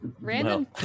Random